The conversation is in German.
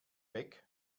weg